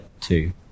two